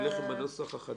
נלך עם הנוסח החדש.